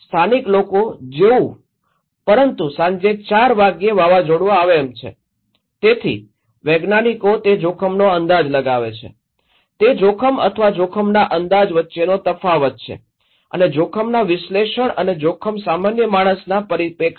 સ્થાનિક લોકો જેવું પરંતુ સાંજે ૪ વાગ્યે વાવાઝોડું આવે તેમ છે તેથી વૈજ્ઞાનિકો તે જોખમનો અંદાજ લગાવે છે તે જોખમ અથવા જોખમના અંદાજ વચ્ચેનો તફાવત છે અને જોખમના વિશ્લેષણ અને જોખમ સામાન્ય માણસના પરિપ્રેક્ષ્ય